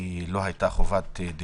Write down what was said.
כי לא היה דיווח.